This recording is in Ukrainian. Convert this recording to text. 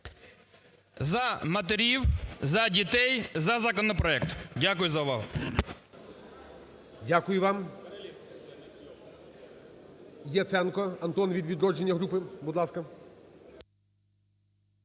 За матерів, за дітей, за законопроект! Дякую за увагу. ГОЛОВУЮЧИЙ. Дякую вам. Яценко Антон, від "Відродження" групи, будь ласка.